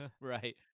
right